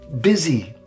busy